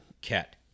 Cat